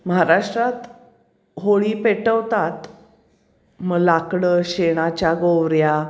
महाराष्ट्रात होळी पेटवतात मग लाकडं शेणाच्या गोवऱ्या